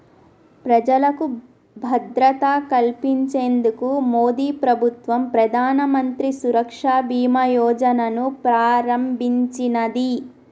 ప్రజలకు భద్రత కల్పించేందుకు మోదీప్రభుత్వం ప్రధానమంత్రి సురక్ష బీమా యోజనను ప్రారంభించినాది